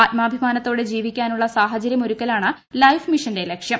ആത്മാഭിമാനത്തോടെ ജീവിക്കാനൂള്ള സാഹചര്യമൊരുക്കലാണ് ലൈഫ് മിഷന്റെ ലക്ഷ്യം